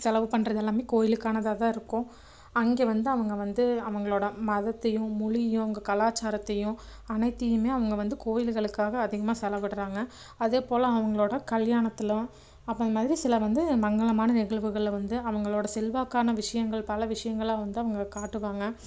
செலவு பண்ணுறது எல்லாமே கோயிலுக்கானதாக தான் இருக்கும் அங்கே வந்து அவங்க வந்து அவர்களோட மதத்தையும் மொழியையும் அவங்க கலாச்சாரத்தையும் அனைத்தையுமே அவங்க வந்து கோயிலுகளுக்காக அதிகமாக செலவிடுறாங்க அதேபோல் அவர்களோட கல்யாணத்தில் அப்போ இந்த மாதிரி சில வந்து மங்களமான நிகழ்வுகள்ல வந்து அவர்களோட செல்வாக்கான விஷயங்கள் பல விஷயங்கள வந்து அவங்க காட்டுவாங்க